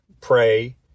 pray